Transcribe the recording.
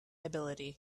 ability